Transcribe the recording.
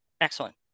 Excellent